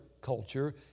culture